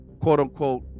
quote-unquote